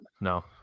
No